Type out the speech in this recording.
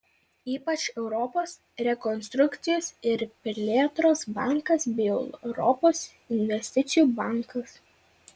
ypač europos rekonstrukcijos ir plėtros bankas bei europos investicijų bankas